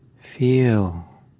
Feel